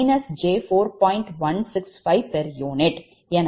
165